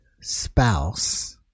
spouse